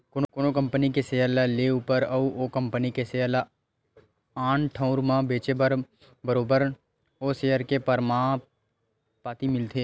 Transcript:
कोनो कंपनी के सेयर ल लेए ऊपर म अउ ओ कंपनी के सेयर ल आन ठउर म बेंचे म बरोबर ओ सेयर के परमान पाती मिलथे